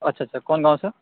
अच्छा अच्छा कोन गाँव सं